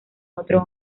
otro